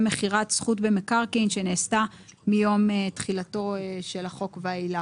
מכירת זכות במקרקעין שנעשתה מיום תחילתו של החוק ואילך.